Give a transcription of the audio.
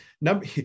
number